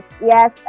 Yes